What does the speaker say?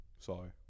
sorry